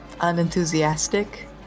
unenthusiastic